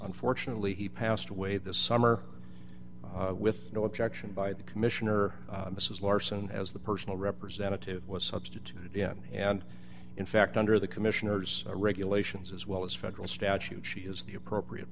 unfortunately he passed away this summer with no objection by the commissioner mrs larsen as the personal representative was substituted in and in fact under the commissioner's regulations as well as federal statute she is the appropriate